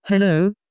Hello